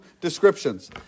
descriptions